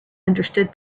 understood